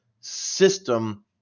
system